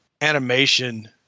animation